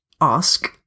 ask